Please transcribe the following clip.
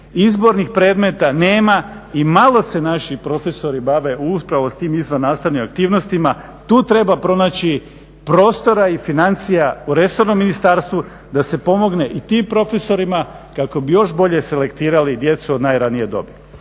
izbornih predmeta nema i malo se naši profesori bave upravo s tim izvannastavnim aktivnostima, tu treba pronaći prostora i financija u resornom ministarstvu da se pomogne i tim profesorima kako bi još bolje selektirali djecu od najranije dobi.